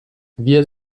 wir